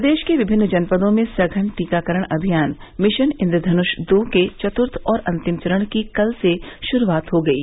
प्रदेश के विभिन्न जनपदों में सघन टीकाकरण अभियान मिशन इंद्रधनुष दो के चत्र्थ और अंतिम चरण की कल से शुरूआत हो गयी